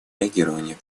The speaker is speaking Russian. реагирования